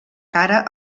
cara